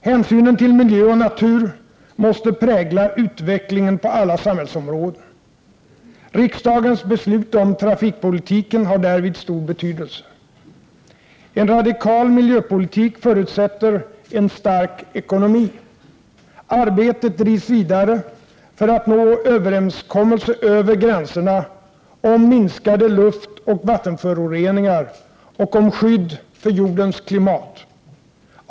Hänsynen till miljö och natur måste prägla utvecklingen på alla samhällsområden. Riksdagens beslut om trafikpolitiken har därvid stor betydelse. En radikal miljöpolitik förutsätter en stark ekonomi. Arbetet drivs vidare för att nå överenskommelser över gränserna om minskade luftoch vattenföroreningar och om skydd för jordens klimat.